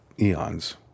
eons